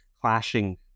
clashing